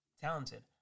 talented